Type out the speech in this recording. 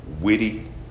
witty